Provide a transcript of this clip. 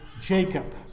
Jacob